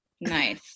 nice